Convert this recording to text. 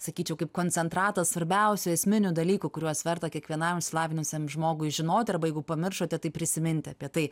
sakyčiau kaip koncentratas svarbiausia esminių dalykų kuriuos verta kiekvienam išsilavinusiam žmogui žinoti arba jeigu pamiršote tai prisiminti apie tai